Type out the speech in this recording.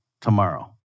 tomorrow